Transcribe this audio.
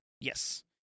Yes